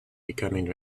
becoming